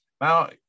Now